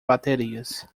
baterias